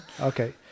Okay